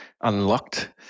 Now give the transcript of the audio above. Unlocked